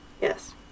Yes